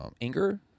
anger